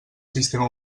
sistema